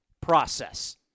process